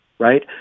right